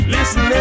Listen